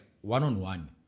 one-on-one